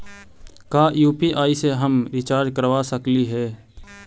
का यु.पी.आई से हम रिचार्ज करवा सकली हे?